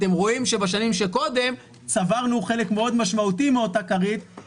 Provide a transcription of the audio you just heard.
ואתם רואים שבשנים שקודם צברנו חלק מאוד משמעותי מאותה כרית,